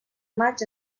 maig